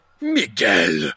Miguel